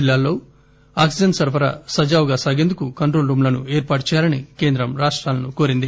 జిల్లాల్లో ఆక్సిజన్ సరఫరా సజావుగా సాగేందుకు కంట్రోల్ రూమ్ లను ఏర్పాటు చేయాలని కేంద్రం రాష్టాలను కోరింది